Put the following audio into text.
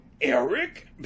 Eric